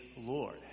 Lord